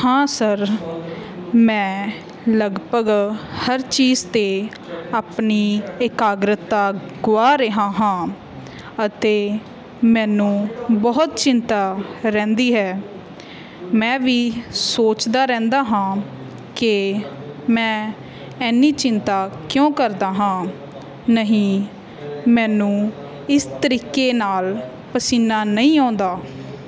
ਹਾਂ ਸਰ ਮੈਂ ਲਗਭਗ ਹਰ ਚੀਜ਼ 'ਤੇ ਆਪਣੀ ਇਕਾਗਰਤਾ ਗੁਆ ਰਿਹਾ ਹਾਂ ਅਤੇ ਮੈਨੂੰ ਬਹੁਤ ਚਿੰਤਾ ਰਹਿੰਦੀ ਹੈ ਮੈਂ ਵੀ ਸੋਚਦਾ ਰਹਿੰਦਾ ਹਾਂ ਕਿ ਮੈਂ ਇੰਨੀ ਚਿੰਤਾ ਕਿਉਂ ਕਰਦਾ ਹਾਂ ਨਹੀਂ ਮੈਨੂੰ ਇਸ ਤਰੀਕੇ ਨਾਲ ਪਸੀਨਾ ਨਹੀਂ ਆਉਂਦਾ